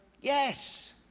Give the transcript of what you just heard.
yes